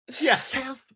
yes